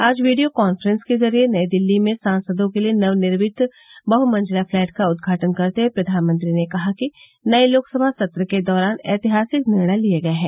आज video conference के जरिए नई दिल्ली में सांसदों के लिए नवनिर्मित बहमंजिला फ्लैट का उदघाटन करते हुए प्रधानमंत्री ने कहा कि नई लोकसभा सत्र के दौरान ऐतिहासिक निर्णय लिए गए हैं